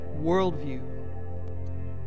worldview